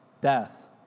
death